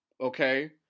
okay